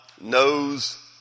knows